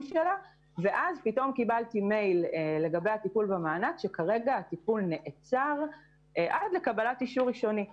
פתאום קיבלתי מייל שכרגע הטיפול נעצר עד לקבלת אישור ראשוני חדש.